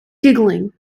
giggling